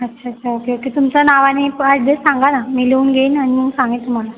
अच्छा अच्छा okay okay तुमचं नाव आणि प ॲड्रेस सांगा ना मी लिहून घेईन आणि सांगेन तुम्हाला